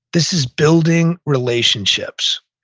this is building relationships.